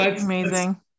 amazing